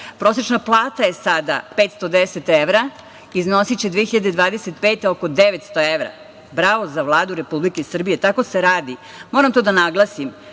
Prosečna plata je sada 510 evra, a 2025. godine iznosiće oko 900 evra. Bravo za Vladu Republike Srbije, tako se radi. Moram to da naglasim,